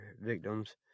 victims